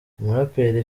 umuraperi